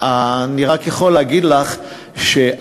אני רק יכול להגיד לך שעדיין,